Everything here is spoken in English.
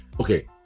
Okay